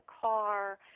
car